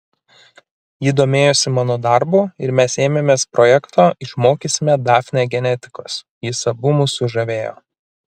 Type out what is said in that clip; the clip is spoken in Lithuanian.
ji domėjosi mano darbu ir mes ėmėmės projekto išmokysime dafnę genetikos jis abu mus sužavėjo